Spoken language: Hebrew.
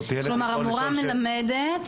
המורה מלמדת,